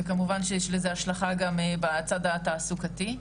וכמובן שיש לזה השלכה גם בצד התעסוקתי.